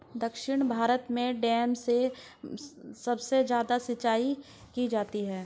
दक्षिण भारत में डैम से सबसे ज्यादा सिंचाई की जाती है